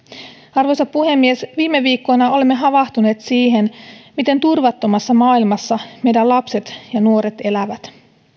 arvoisa puhemies viime viikkoina olemme havahtuneet siihen miten turvattomassa maailmassa meidän lapset ja nuoret elävät